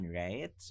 right